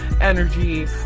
energy